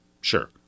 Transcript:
sure